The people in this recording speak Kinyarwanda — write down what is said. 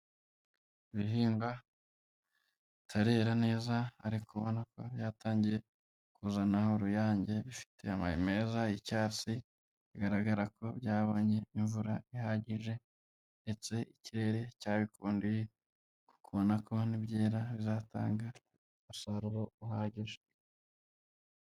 Ibihingwa bitarera neza ariko ubona ko byatangiye kuzana uruyange, bifite amababi meza y'icyatsi, bigaragara ko byabonye imvura ihagije ndetse ikirere cyabikundiye, kuko ubona ko nibyera bizatanga umusaruro uhagije.